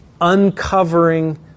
uncovering